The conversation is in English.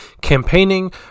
campaigning